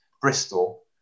Bristol